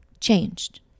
changed